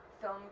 film